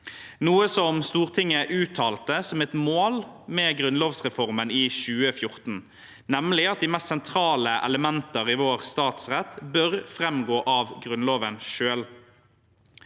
noe Stortinget uttalte som et mål med grunnlovsrevisjonen i 2014, nemlig at de mest sentrale elementer i vår statsrett bør framgå av Grunnloven selv.